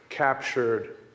captured